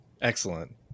Excellent